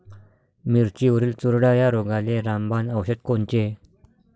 मिरचीवरील चुरडा या रोगाले रामबाण औषध कोनचे?